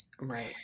Right